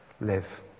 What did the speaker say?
live